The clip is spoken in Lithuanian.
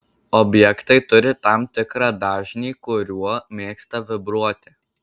objektai turi tam tikrą dažnį kuriuo mėgsta vibruoti